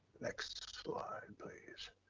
next slide please.